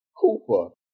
Cooper